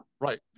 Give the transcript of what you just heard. Right